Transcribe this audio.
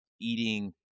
eating